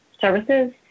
services